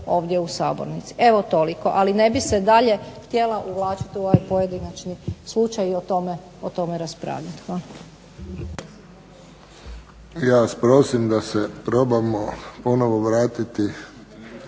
ovdje u sabornici. Evo toliko. Ali ne bih se dalje htjela uvlačiti u ovaj pojedinačni slučaj i o tome raspravljati. Hvala. **Friščić, Josip (HSS)** Ja vas prosim da se probamo ponovo vratiti